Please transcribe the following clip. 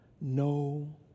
no